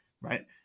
right